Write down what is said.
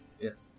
yes